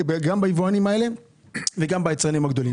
גם ביבואנים האלה וגם ביצרנים הגדולים.